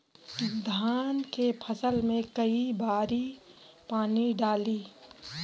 धान के फसल मे कई बारी पानी डाली?